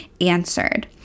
answered